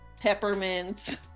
peppermints